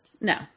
No